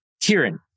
Kieran